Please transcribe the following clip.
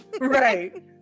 Right